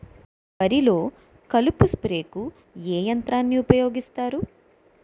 వరిలో కలుపు స్ప్రేకు ఏ యంత్రాన్ని ఊపాయోగిస్తారు?